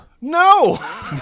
No